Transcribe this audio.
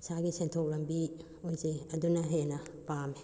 ꯏꯁꯥꯒꯤ ꯁꯦꯟꯊꯣꯛ ꯂꯝꯕꯤ ꯑꯣꯏꯖꯩ ꯑꯗꯨꯅ ꯍꯦꯟꯅ ꯄꯥꯝꯃꯦ